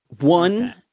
One